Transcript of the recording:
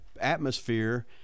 atmosphere